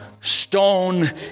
stone